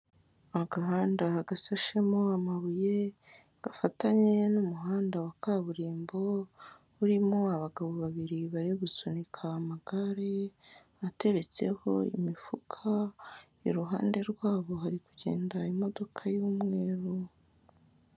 Agahanda gasashemo amabuye, gafatanye n'umuhanda wa kaburimbo, urimo abagabo babiri bari gusunika amagare, ateretseho imifuka, iruhande rwabo hari kugenda imodoka y'umweru.